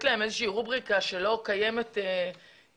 להם איזה שהיא רובריקה שלא קיימת בכלל,